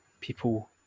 people